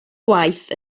gwaith